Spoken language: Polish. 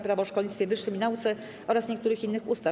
Prawo o szkolnictwie wyższym i nauce oraz niektórych innych ustaw.